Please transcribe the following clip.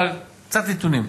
אבל, קצת נתונים.